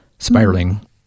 spiraling